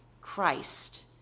Christ